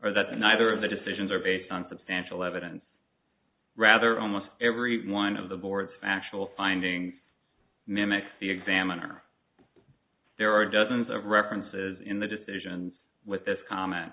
or that in either of the decisions are based on substantial evidence rather almost every one of the board's factual findings mimic the examiner there are dozens of references in the decisions with this comment